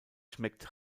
schmeckt